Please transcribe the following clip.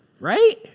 right